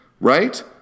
right